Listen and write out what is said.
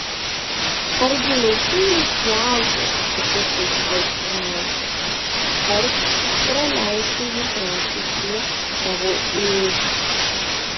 argi laukinis jautis sutiktų tau tarnauti ar praleistų jis naktį prie tavo ėdžių